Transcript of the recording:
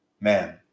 man